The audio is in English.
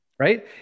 right